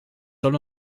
soll